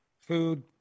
food